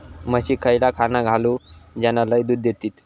म्हशीक खयला खाणा घालू ज्याना लय दूध देतीत?